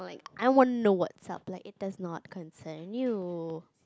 I want know what's up like it does not concern you